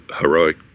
heroic